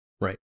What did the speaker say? Right